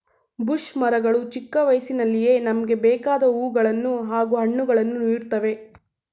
bush ಮರಗಳು ಚಿಕ್ಕ ವಯಸ್ಸಿನಲ್ಲಿಯೇ ನಮ್ಗೆ ಬೇಕಾದ್ ಹೂವುಗಳನ್ನು ಹಾಗೂ ಹಣ್ಣುಗಳನ್ನು ನೀಡ್ತವೆ